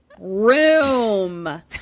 room